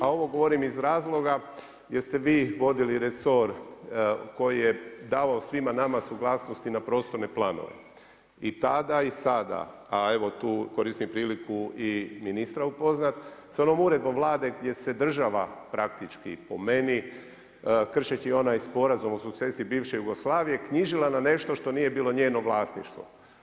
A ovo govorim iz razloga jer ste vi vodili resor koji je davao svima nama suglasnost i na prostorne planove i tada i sada, a evo tu koristim priliku i ministra upoznati sa onom uredbom Vlade gdje se država praktički po meni, kršeći onaj sporazum o sukcesiji bivše Jugoslavije knjižila na nešto što nije bilo njeno vlasništvo.